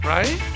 Right